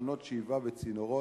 תחנות שאיבה בצינורות,